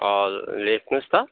हजुर लेख्नुहोस् त